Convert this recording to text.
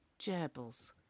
gerbils